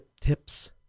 tips